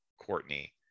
Courtney